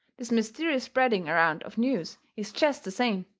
this mysterious spreading around of news is jest the same.